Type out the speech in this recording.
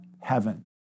heaven